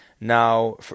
Now